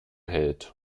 hält